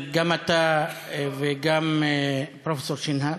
גם אתה וגם פרופסור שנהב.